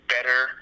better